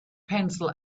pencil